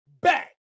back